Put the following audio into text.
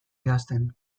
idazten